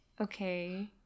okay